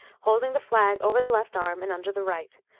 holding the flag over the left arm and under the right,